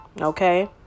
Okay